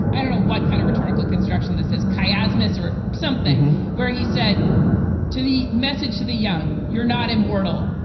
i don't know what kind of rhetorical construction this is casemix or something where he said to the message to the young, you're not immortal,